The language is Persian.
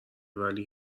ولی